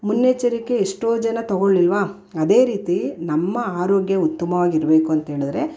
ಮುನ್ನೆಚ್ಚರಿಕೆ ಎಷ್ಟೋ ಜನ ತಗೋಳ್ಳಿಲ್ಲವಾ ಅದೇ ರೀತಿ ನಮ್ಮ ಆರೋಗ್ಯ ಉತ್ತಮವಾಗಿರಬೇಕು ಅಂತ್ಹೇಳಿದ್ರೆ